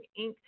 Inc